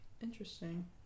Interesting